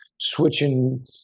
switching